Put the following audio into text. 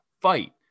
fight